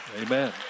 Amen